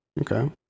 Okay